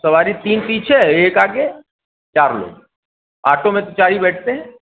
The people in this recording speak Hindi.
सवारी तीन पीछे एक आगे चार लोग आटो में चार ही बैठते हैं